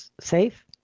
safe